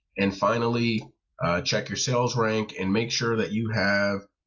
and finally check your sell's rank and make sure that you have